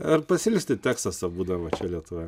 ar pasiilgsti teksaso būdama čia lietuvoj